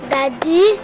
Daddy